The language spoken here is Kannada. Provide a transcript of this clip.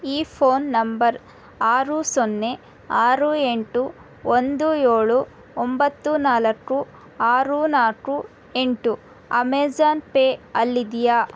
ಈ ಫೋನ್ ನಂಬರ್ ಆರು ಸೊನ್ನೆ ಆರು ಎಂಟು ಒಂದು ಏಳು ಒಂಬತ್ತು ನಾಲ್ಕು ಆರು ನಾಲ್ಕು ಎಂಟು ಅಮೇಜಾನ್ ಪೇ ಅಲ್ಲಿದೆಯಾ